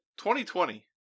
2020